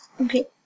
okay